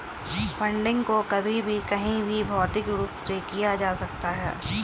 funding को कभी भी कहीं भी भौतिक रूप से किया जा सकता है